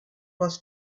was